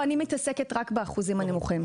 אני מתעסקת רק באחוזים הנמוכים.